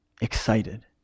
excited